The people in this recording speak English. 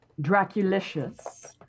Draculicious